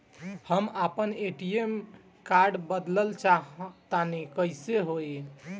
हम आपन ATM card बदलल चाह तनि कइसे होई?